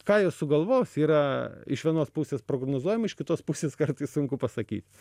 ką jos sugalvos yra iš vienos pusės prognozuojama iš kitos pusės kartais sunku pasakyt